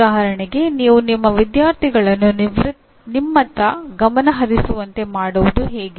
ಉದಾಹರಣೆಗೆ ನೀವು ನಿಮ್ಮ ವಿದ್ಯಾರ್ಥಿಗಳನ್ನು ನಿಮ್ಮತ್ತ ಗಮನ ಹರಿಸುವಂತೆ ಮಾಡುವುದು ಹೇಗೆ